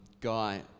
guy